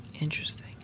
Interesting